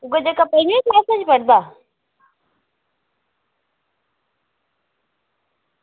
उ'ऐ जेह्का पंञमीं क्लासै च पढ़दा